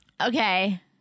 Okay